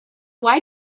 why